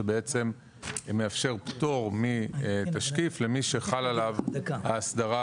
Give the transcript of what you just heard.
שבעצם מאפשר פטור מתשקיף למי שחלה עליו ההסדרה